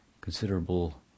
considerable